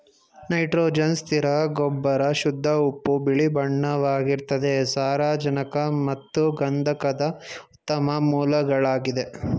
nitrogen ಸ್ಥಿರ ಗೊಬ್ಬರ ಶುದ್ಧ ಉಪ್ಪು ಬಿಳಿಬಣ್ಣವಾಗಿರ್ತದೆ ಸಾರಜನಕ ಮತ್ತು ಗಂಧಕದ ಉತ್ತಮ ಮೂಲಗಳಾಗಿದೆ